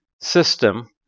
system